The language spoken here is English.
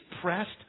pressed